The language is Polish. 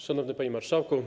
Szanowny Panie Marszałku!